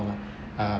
uh